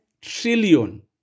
trillion